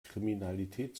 kriminalität